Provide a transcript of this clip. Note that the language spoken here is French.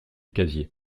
casier